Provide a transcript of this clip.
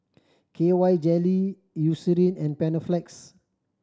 K Y Jelly Eucerin and Panaflex